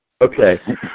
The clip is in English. Okay